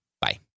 Bye